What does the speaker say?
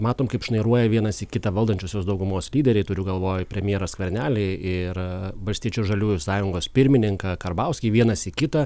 matom kaip šnairuoja vienas į kitą valdančiosios daugumos lyderiai turiu galvoj premjerą skvernelį ir valstiečių ir žaliųjų sąjungos pirmininką karbauskį vienas į kitą